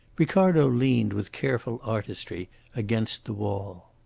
ricardo leaned with careful artistry against the wall.